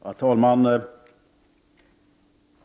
Herr talman!